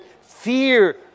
fear